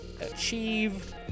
achieve